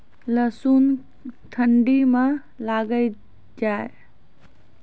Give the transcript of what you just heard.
लहसुन ठंडी मे लगे जा?